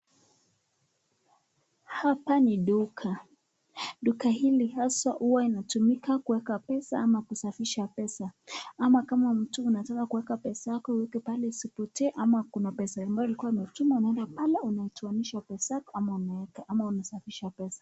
Hapa ni duka. Duka hili haswa huwa inatumika kueka pesa ama kusafisha pesa, ama kama mtu anataka kueka pesa yako ueke pale isipotee ama kuna pesa ambayo ilikuwa imetuma unaeda pale unatoanishwa pesa ama unaeka ama unasafisha pesa.